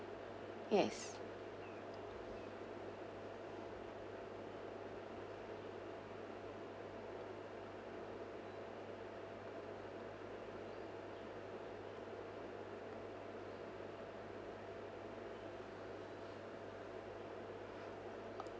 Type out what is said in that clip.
yes